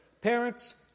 parents